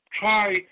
try